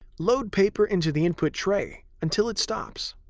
load paper into the input tray until it stops.